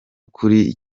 kuri